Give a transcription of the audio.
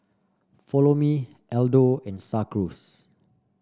Follow Me Aldo and Star Cruise